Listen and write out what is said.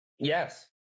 Yes